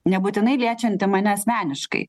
nebūtinai liečianti mane asmeniškai